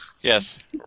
yes